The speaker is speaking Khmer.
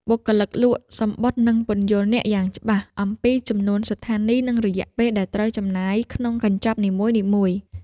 បុគ្គលិកលក់សំបុត្រនឹងពន្យល់អ្នកយ៉ាងច្បាស់អំពីចំនួនស្ថានីយ និងរយៈពេលដែលត្រូវចំណាយក្នុងកញ្ចប់នីមួយៗ។